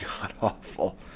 god-awful